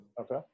Okay